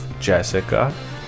Jessica